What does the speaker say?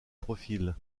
profil